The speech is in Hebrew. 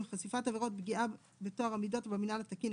(חשיפת עבירות פגיעה בטוהר המידות או במינהל תקין),